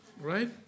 right